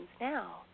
now